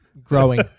growing